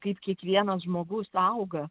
kaip kiekvienas žmogus auga